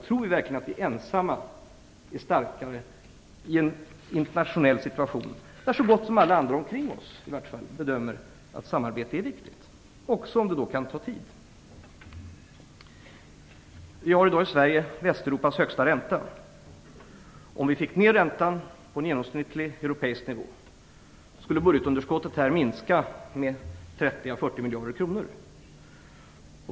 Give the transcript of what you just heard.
Tror vi verkligen att vi ensamma är starkare i en internationell situation där så gott som alla andra omkring oss bedömer att samarbete är viktigt, också om det kan ta tid? Vi har i Sverige Västeuropas högsta ränta. Om vi fick ner räntan på en genomsnittlig europeisk nivå, skulle budgetunderskottet här minska med 30 à 40 miljoner kronor.